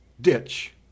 ditch